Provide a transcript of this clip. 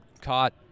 caught